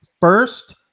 First